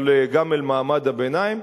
אבל גם אל מעמד הביניים,